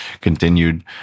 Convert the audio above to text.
continued